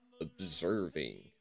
observing